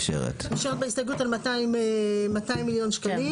נשארת בהסתייגות על 200 מיליון שקלים